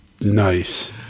nice